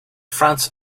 france